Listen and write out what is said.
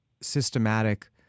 systematic